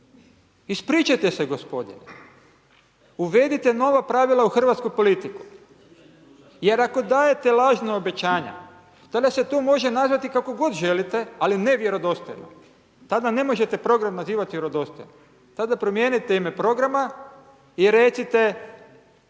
Ispričajte se gospodine. Uvedite nova pravila u hrvatsku politiku jer ako dajete lažna obećanja tada se to može nazvati kako god želite, ali ne vjerodostojno. Tada ne možete program nazivat vjerodostojnim. Tada promijenite ime programa i recite